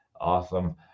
Awesome